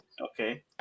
okay